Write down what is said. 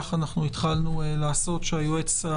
כך התחלנו לעשות בוועדה,